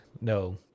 No